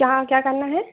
यहाँ क्या करना है